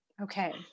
Okay